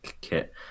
kit